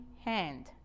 hand